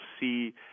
see